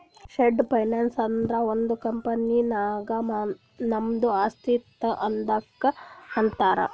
short finance ಅಂದುರ್ ಒಂದ್ company ನಾಗ್ ನಮ್ದು ಆಸ್ತಿ ಇರ್ತುದ್ ಅದುಕ್ಕ ಅಂತಾರ್